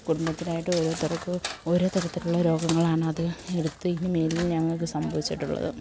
കുടുംബത്തിലായിട്ട് ഓരോരുത്തർക്ക് ഓരോ തരത്തിലുള്ള രോഗങ്ങളാണ് അത് എടുത്തതിന് മേലെ ഞങ്ങൾക്ക് സംഭവിച്ചിട്ടുള്ളത്